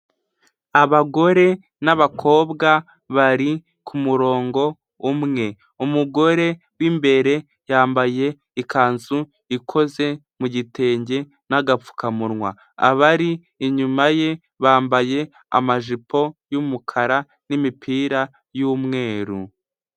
Abagore n'abakobwa bari ku murongo umwe, umugore w'imbere yambaye ikanzu ikoze mu gitenge n'agapfukamunwa, abari inyuma ye bambaye amajipo y'umukara n'imipira y'umweru.